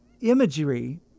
imagery